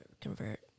convert